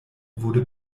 wurde